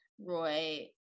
roy